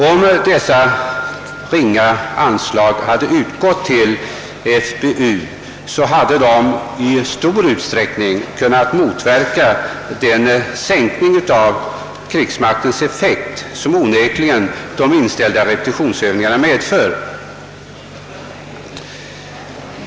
Om denna ringa anslagshöjning som yrkats hade getts till den frivilliga befälsutbildningen hade detta i stor utsträckning kunnat motverka den sänkning av krigsmaktens effekt som onekligen de inställda repetitionsövningarna medför.